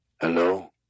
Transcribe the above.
Hello